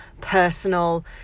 personal